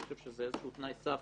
אני חושב שזה איזשהו תנאי סף